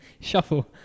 Shuffle